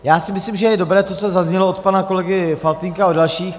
Já si myslím, že je dobré to, co zaznělo od pana kolegy Faltýnka a dalších.